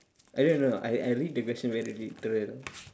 I don't know I I read the question very literal